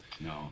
no